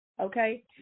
okay